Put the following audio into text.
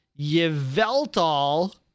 Yveltal